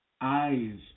eyes